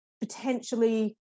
potentially